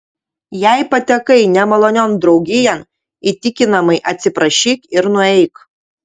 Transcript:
jei patekai nemalonion draugijon įtikinamai atsiprašyk ir nueik